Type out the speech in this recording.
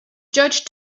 judge